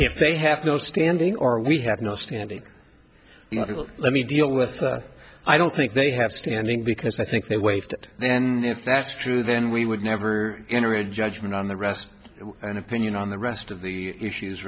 if they have no standing or we have no standing let me deal with i don't think they have standing because i think they waived then if that's true then we would never enter a judgment on the rest an opinion on the rest of the issues